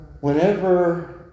Whenever